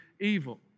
evil